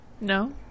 no